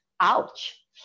ouch